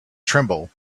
tremble